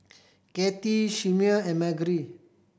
Kati Chimere and Margery